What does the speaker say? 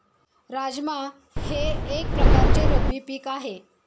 राजमा हे एक प्रकारचे रब्बी पीक आहे